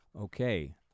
Okay